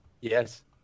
Yes